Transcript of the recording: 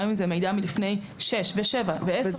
גם אם זה מידע מלפני שש או שבע או עשר